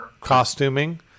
costuming